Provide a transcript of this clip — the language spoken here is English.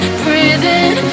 breathing